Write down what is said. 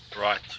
Right